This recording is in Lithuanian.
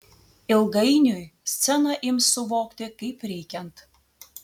ilgainiui sceną ims suvokti kaip reikiant